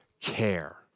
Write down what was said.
care